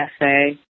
essay